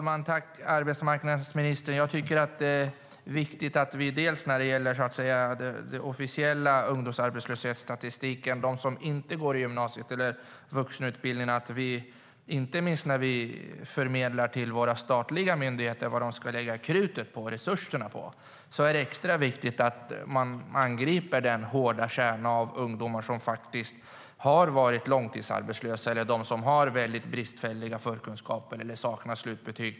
Herr talman! Jag vill tacka arbetsmarknadsministern. När det gäller den officiella ungdomsarbetslöshetsstatistiken, de som inte går i gymnasiet eller på vuxenutbildning, är det extra viktigt att vi, inte minst när vi förmedlar till våra statliga myndigheter vad de ska lägga krutet och resurserna på, angriper den hårda kärna av ungdomar som har varit långtidsarbetslösa, har väldigt bristfälliga förkunskaper eller saknar slutbetyg.